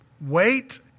Wait